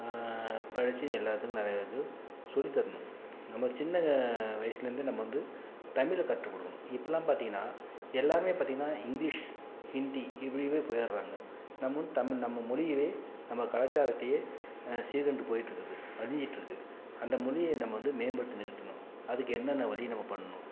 படித்து எல்லாத்துக்கும் நிறையா இது சொல்லி தரணும் நம்ம சின்ன வயசுலேருந்து நம்ம வந்து தமிழ கற்றுக் கொடுக்கணும் இப்பெல்லாம் பார்த்தீங்கன்னா எல்லாருமே பார்த்தீங்கன்னா இங்கிலீஷ் ஹிந்தி இப்படியவே போயிட்றாங்க நம்ம வந்து தமில் நம்ம மொழியவே நம்ம கலாச்சாரத்தையே சீர்கண்டு போயிட்ருக்குது அழிஞ்சிகிட்ருக்கு அந்த மொழியை நம்ம வந்து மேம்படுத்தி நிறுத்தணும் அதுக்கு என்னென்ன வழி நம்ம பண்ணணும்